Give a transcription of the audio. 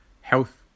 health